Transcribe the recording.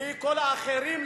וכל האחרים,